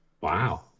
Wow